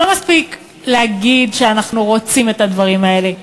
לא מספיק להגיד שאנחנו רוצים את הדברים האלה.